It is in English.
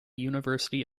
university